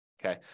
Okay